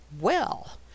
Well